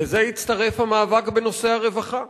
לזה הצטרף המאבק בנושא הרווחה.